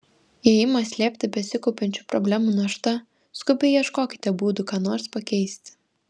jei ima slėgti besikaupiančių problemų našta skubiai ieškokite būdų ką nors pakeisti